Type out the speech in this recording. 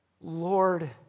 Lord